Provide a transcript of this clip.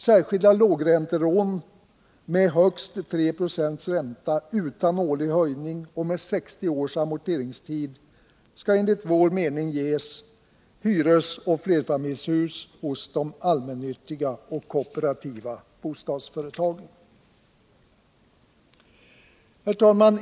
Särskilda lågräntelån med högst 3 96 ränta utan årlig höjning och med 60 års amorteringstid skall enligt vår mening ges till hyresoch flerfamiljshus hos de allmännyttiga och kooperativa bostadsföretagen. Herr talman!